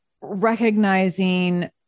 recognizing